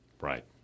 Right